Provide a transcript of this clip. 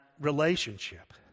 relationship